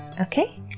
Okay